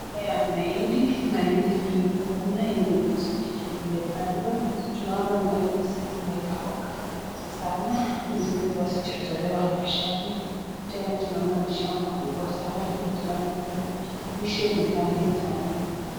Mmea ya mahindi. Mahindi mingi sana yenye imechi... imepandwa, tunaona mahindi hizi zimekauka sana ni ile tu hazijatolewa kwa shamba. Tena tunaona ni shamba kubwa sana , ili tuanona... mwisho ni mbali sana.